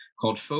called